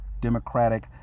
democratic